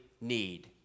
need